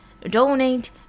donate